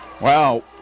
Wow